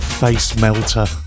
face-melter